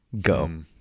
Go